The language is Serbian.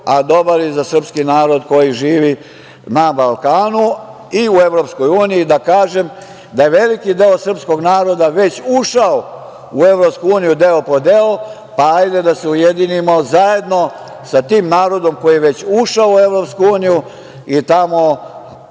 a dobar i za srpski narod koji živi na Balkanu i u EU, da kažem da je veliki deo srpskog naroda već ušao u EU, deo po deo, pa, hajde da se ujedinimo zajedno sa tim narodom koji je već ušao u EU, i tamo